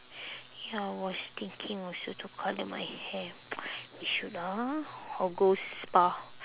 ya was thinking also to colour my hair we should ah or go spa